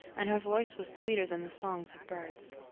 and her voice was sweeter than the songs of birds.